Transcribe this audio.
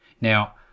now